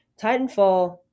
Titanfall